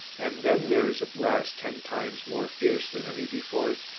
and then there is a blast ten times more fierce than any before it.